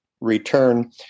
return